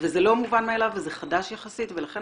וזה לא מובן מאליו וזה חדש יחסית ולכן